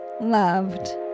loved